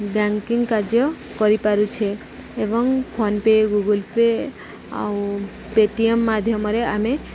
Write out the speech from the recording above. banking କାର୍ଯ୍ୟ କରିପାରୁଛେ ଏବଂ ଫୋନପେ ଗୁଗୁଲ୍ ପେ ଆଉ ପେଟିଏମ୍ ମାଧ୍ୟମରେ ଆମେ